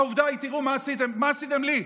עובדה, תראו מה עשיתם לי.